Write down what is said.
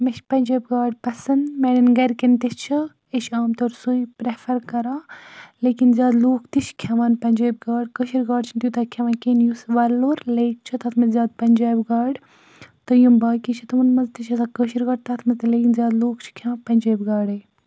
مےٚ چھِ پَنجٲبۍ گاڈٕ پَسنٛد میٛانٮ۪ن گَرِکٮ۪ن تہِ چھِ أسۍ چھِ عام طور سُے پرٛیفَر کَران لیکِن زیادٕ لوٗکھ تہِ چھِ کھیٚوان پَنجٲبۍ گاڈٕ کٲشِر گاڈٕ چھِنہٕ تیوٗتاہ کھیٚوان کِہیٖنۍ یُس ولور لیک چھِ تَتھ مَنٛز زیادٕ پَنجٲبۍ گاڈٕ تہٕ یِم باقٕے چھِ تِمَن مَنٛز تہِ چھِ آسان کٲشِر گاڈٕ تَتھ منٛز تہِ لیکِن زیادٕ لوٗکھ چھِ کھیٚوان پَنجٲبۍ گاڈَے